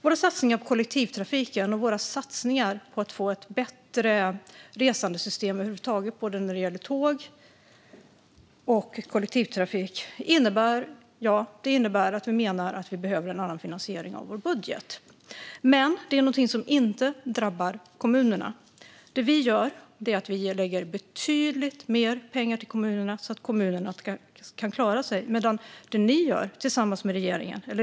Våra satsningar på kollektivtrafiken och på att få ett bättre resandesystem över huvud taget - både när det gäller tåg och när det gäller kollektivtrafik - innebär att det behövs en annan finansiering av vår budget. Det är dock någonting som inte drabbar kommunerna. Det vi gör är att lägga betydligt mer pengar till kommunerna, så att de kan klara sig.